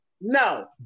No